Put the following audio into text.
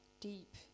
deep